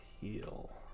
heal